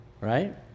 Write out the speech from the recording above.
right